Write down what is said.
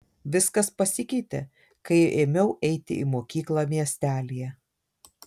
viskas pasikeitė kai ėmiau eiti į mokyklą miestelyje